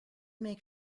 make